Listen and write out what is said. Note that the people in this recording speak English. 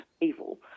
evil